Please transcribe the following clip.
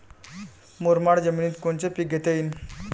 मुरमाड जमिनीत कोनचे पीकं घेता येईन?